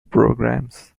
programs